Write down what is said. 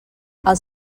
els